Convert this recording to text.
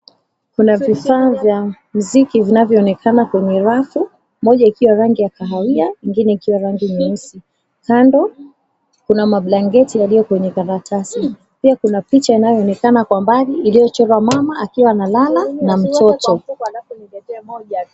Kuna vifaa vya muziki zinavyoonekana kwenye rafu moja ikiwa rangi ya kahawia ingine ikiwa rangi nyeusi. Kando kuna mablanketi yaliyo kwenye karatasi. Pia kuna picha inayoonekana kwa mbali iliyochorwa mama akiwa analala na mtoto.